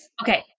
Okay